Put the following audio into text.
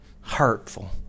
hurtful